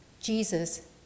Jesus